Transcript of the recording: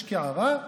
יש קערה,